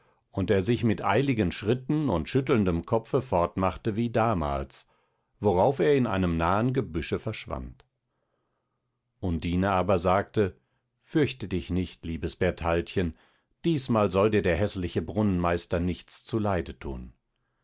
und er sich mit eiligen schritten und schüttelndem kopfe fortmachte wie damals worauf er in einem nahen gebüsche verschwand undine aber sagte fürchte dich nicht liebes bertaldchen diesmal soll dir der häßliche brunnenmeister nichts zuleide tun